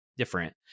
Different